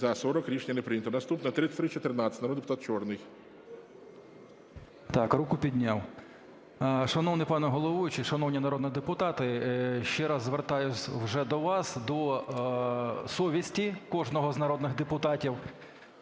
За-40 Рішення не прийнято. Наступна 3314, народний депутат Чорний. 17:15:00 ЧОРНИЙ В.І. Так, руку піняв. Шановний пане головуючий, шановні народні депутати, ще раз звертаюсь вже до вас, до совісті кожного з народних депутатів,